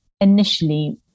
initially